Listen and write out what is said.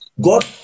God